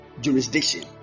jurisdiction